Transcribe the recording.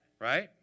Right